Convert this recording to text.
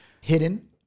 hidden